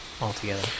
altogether